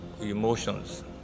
emotions